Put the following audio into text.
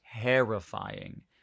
terrifying